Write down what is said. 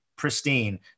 Pristine